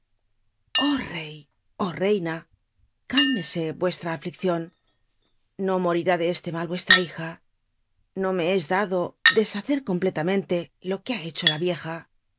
rey oh reina cálmese ntestra afliccion no morirá de es le mal ncslra hija no me es dado deshacer complelamenlc lo que ba lrecho la yicja